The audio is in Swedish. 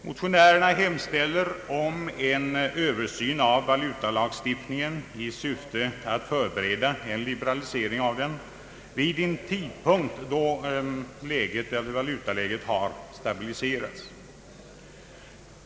Motionärerna hemställer om en översyn av valutalagstiftningen i syfte att förbereda en liberalisering av densamma vid en tidpunkt då valutaläget har stabiliserats.